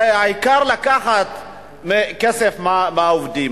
העיקר לקחת כסף מהעובדים.